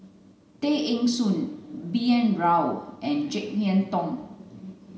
Tay Eng Soon B N Rao and Jek Yeun Thong